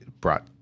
brought